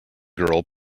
girl